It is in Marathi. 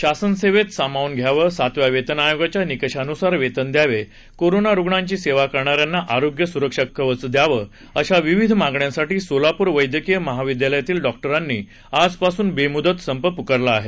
शासन सेवेत सामावून घ्यावे सातव्या वेतन आयोगाच्या निकषानुसार वेतन द्यावे कोरोना रुग्णांची सेवा करणाऱ्यांना आरोग्य सुरक्षा कवच द्यावे अशा विविध मागण्यांसाठी सोलापूर वद्यक्कीय महाविद्यालयातील डॉक्टरांनी आजपासून बेमुदत संप पुकारला आहे